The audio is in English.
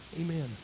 Amen